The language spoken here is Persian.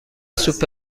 سوپ